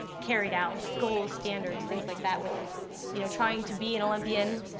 carried out, goals, standards, things like that. with you know trying to be an olympian,